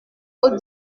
aux